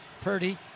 Purdy